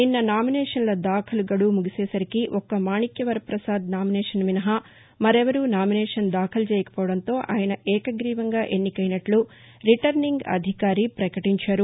నిన్న నామినేషన్ల దాఖలు గడువు ముగిసే సరికి ఒక్క మాణిక్యవర్రపసాద్ నామినేషన్ మినహా మరెవరు నామినేషన్ దాఖలు చేయకపోవడంతో ఆయన ఏకగ్రీవంగా ఎన్నికైనట్లు రిటర్నింగ్ అధికారి ప్రకటించారు